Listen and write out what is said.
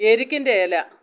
എരുക്കിന്റെ ഇല